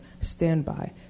standby